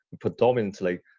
predominantly